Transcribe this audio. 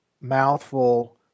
mouthful